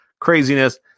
craziness